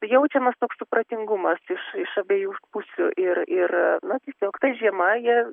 jaučiamas toks supratingumas iš iš abiejų pusių ir ir na tiesiog ta žiema jie